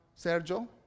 Sergio